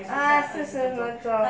ah 四十分钟